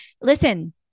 listen